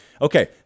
Okay